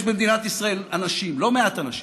יש במדינת ישראל אנשים, לא מעט אנשים,